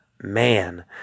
Man